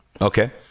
Okay